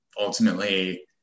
ultimately